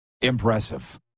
impressive